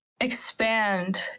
expand